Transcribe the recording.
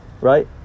right